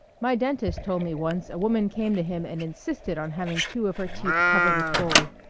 my dentist told me once a woman came to him and insisted on having two of her teeth covered with gold.